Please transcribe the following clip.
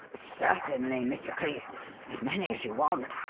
certainly, mr. cleek as many as you want.